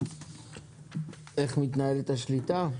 איך מתנהלת השליטה?